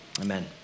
Amen